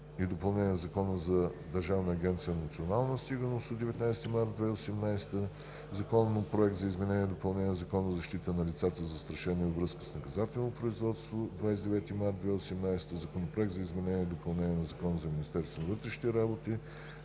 и допълнение на Закона за Държавна агенция „Национална сигурност“ от 19 март 2018 г. - Законопроект за изменение и допълнение на Закона за защита на лица, застрашени във връзка с наказателното производство, от 29 март 2018 г. - Законопроект за изменение и допълнение на Закона за Министерството на вътрешните работи